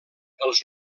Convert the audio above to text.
els